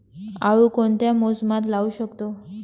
आळू कोणत्या मोसमात लावू शकतो?